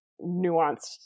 nuanced